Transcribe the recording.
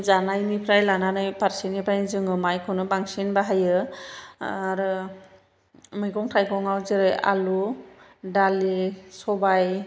जानायनिफ्राय लानानै फारसेनिफ्राय जोङो माइखौनो बांसिन बाहायो आरो मैगं थाइगङाव जेरै आलु दालि सबाइ